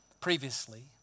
previously